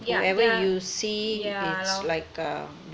yeah yeah yeah lor